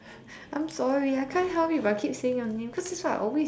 I'm sorry I can't help it but I keep saying your name cause that's what I always do